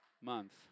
month